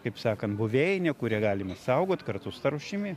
kaip sakant buveinė kurią galime išsaugot kartu su ta rūšimi